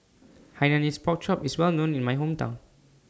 Hainanese Pork Chop IS Well known in My Hometown